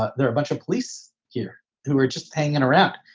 ah there are a bunch of police here who are just taking and her out,